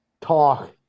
talk